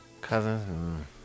Cousins